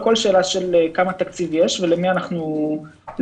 הכול שאלה של כמה תקציב יש ולמי אנחנו נותנים.